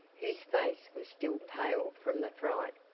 whose face was still pale from the fright.